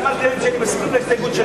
אמרתי להם שאני מסכים לזה,